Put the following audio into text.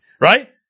right